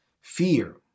fear